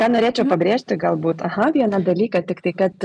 ką norėčiau pabrėžti galbūt aha vieną dalyką tiktai kad